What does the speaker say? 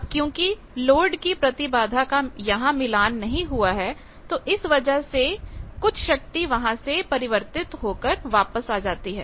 अब क्योंकि लोड की प्रतिबाधा का यहां मिलान नहीं हुआ है तो इस वजह से कुछ शक्ति वहां से परिवर्तित होकर वापस आ जाती है